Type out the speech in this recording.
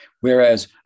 whereas